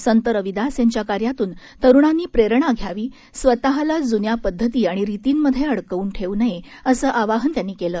संत रविदास यांच्या कार्यातून तरुणांनी प्रेरणा घ्यावी स्वतःला जुन्या पद्धती आणि रीतींमधे अडकवून घेऊ नये असं आवाहन त्यांनी केलं